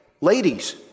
Ladies